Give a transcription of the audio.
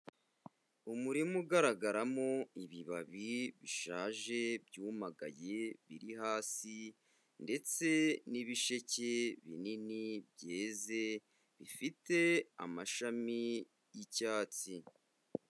Umurima ugaragaramo ibibabi bishaje byumagaye biri hasi ndetse n'ibisheke binini byeze bifite amashami y'icyatsi.